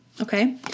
okay